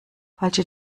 falsche